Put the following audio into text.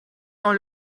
dans